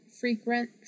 frequent